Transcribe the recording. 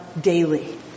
daily